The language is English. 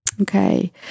Okay